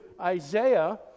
Isaiah